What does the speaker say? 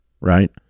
Right